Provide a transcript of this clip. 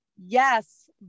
yes